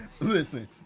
Listen